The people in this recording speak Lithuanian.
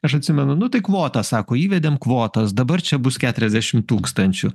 aš atsimenu nu tai kvotą sako įvedėm kvotas dabar čia bus keturiasdešim tūkstančių